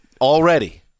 already